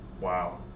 Wow